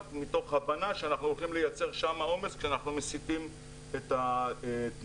מתוך הבנה שאנחנו הולכים לייצר שם עומס כשאנחנו מסיטים את התנועה.